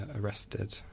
arrested